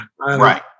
Right